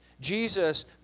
Jesus